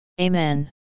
Amen